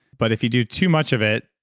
but if you do too much of it,